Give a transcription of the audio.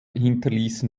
hinterließen